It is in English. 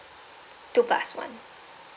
two plus one